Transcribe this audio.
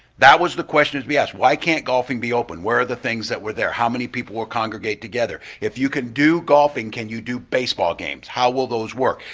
that was the questions we asked, why can't golfing be open? what are the things that were there, how many people will congregate together? if you can do golfing, can you do baseball games? how will those work?